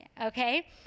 Okay